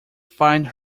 find